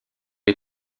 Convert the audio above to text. est